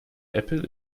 apple